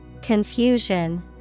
confusion